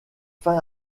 fin